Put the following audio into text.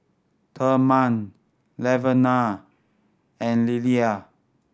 Thurman Laverna and Lilyan